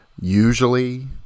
Usually